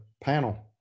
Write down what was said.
panel